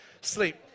Sleep